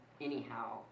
anyhow